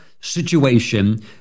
situation